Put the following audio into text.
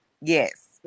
Yes